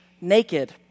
naked